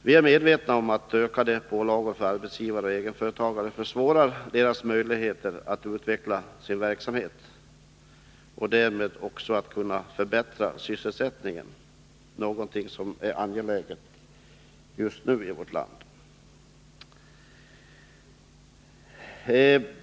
Vi är medvetna om att ökade pålagor för arbetsgivare och egenföretagare försvårar deras möjligheter att utveckla sin verksamhet och därmed också att kunna förbättra sysselsättningen, någonting som just nu är angeläget i vårt land.